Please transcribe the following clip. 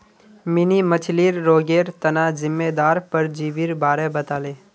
mini मछ्लीर रोगेर तना जिम्मेदार परजीवीर बारे बताले